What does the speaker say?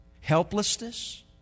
helplessness